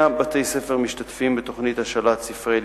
בתי-ספר משתתפים בתוכנית השאלת ספרי לימוד,